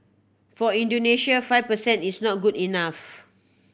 for Indonesia five per cent is not good enough